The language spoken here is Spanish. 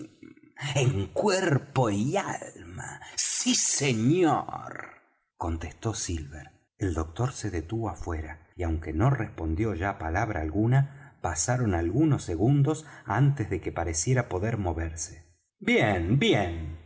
en cuerpo y alma sí señor contestó silver el doctor se detuvo afuera y aunque no respondió ya palabra alguna pasaron algunos segundos antes de que pareciera poder moverse bien bien